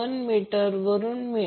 जर समीकरण 1 आणि 2 जोडले तर